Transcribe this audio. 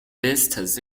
vistas